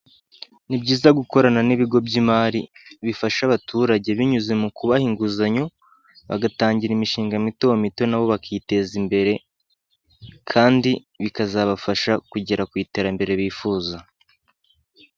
Ni byiza gukorana n'ibigo by'imari bifasha abaturage binyuze mu kubaha inguzanyo bagatangira imishinga mito mito nabo bakiteza imbere, kandi bikazabafasha kugera ku iterambere bifuza.